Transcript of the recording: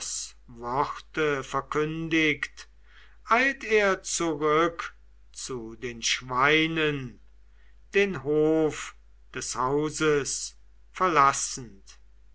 worte verkündigt eilt er zurück zu den schweinen den hof des hauses verlassend